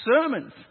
sermons